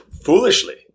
foolishly